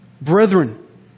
Brethren